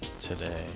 today